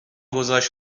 گذاشت